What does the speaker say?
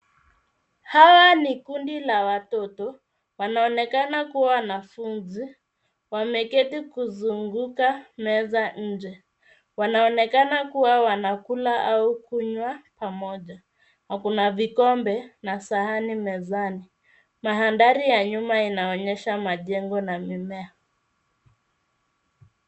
Hawa ni kundi la watoto. Wanaonekana kuwa wanafunzi. Wameketi kuzunguka meza inje. Wanaonekana kuwa wanakula au kunywa pamoja. wako na vikombe na sahani mezani. Mahandari ya yuma inawenyesha majengo na mimea.